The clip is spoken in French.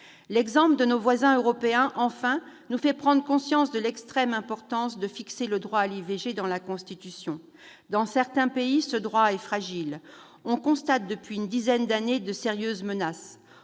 L'exemple de nos voisins européens, enfin, nous fait prendre conscience de l'extrême importance de fixer le droit à l'IVG dans la Constitution. Dans certains pays, ce droit est fragile. On observe, depuis une dizaine d'années, de sérieuses menaces.